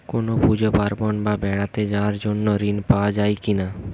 কোনো পুজো পার্বণ বা বেড়াতে যাওয়ার জন্য ঋণ পাওয়া যায় কিনা?